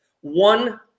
one